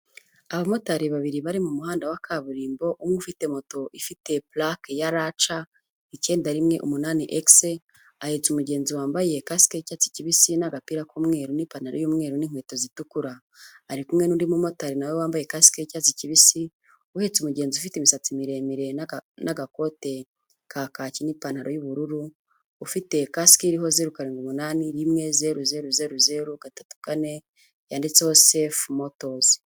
Abamotari babiri bari mu muhanda wa kaburimbo, umwe ufite moto ifite purake ya RC, icyenda, rimwe, umunani, x, ahetse umugenzi wambaye kasike y'icyatsi kibisi n'agapira k'umweru n'ipantaro y'umweru n'inkweto zitukura. Ari kumwe n'undi mumotari na we wambaye kasike y'icyatsi kibisi, uhetse umugenzi ufite imisatsi miremire n'agakote ka kacyi n'ipantaro y'ubururu, ufite kasike iriho zeru, karindwi, umunani, rimwe, zeru, zeru, zeru, gatatu, kane, yanditseho sefu motozi.